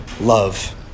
love